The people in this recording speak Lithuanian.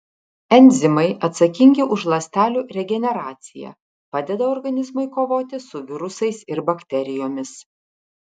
enzimai atsakingi už ląstelių regeneraciją padeda organizmui kovoti su virusais ir bakterijomis